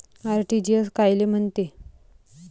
RTGS कायले म्हनते?